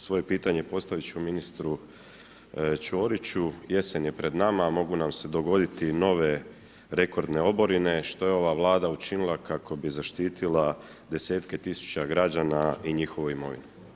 Svoje pitanje postaviti ću ministru Ćoriću, jesen je pred nama a mogu nam se dogoditi i nove rekordne oborine što je ova Vlada učinila kako bi zaštitila desetke tisuće građana i njihovu imovinu?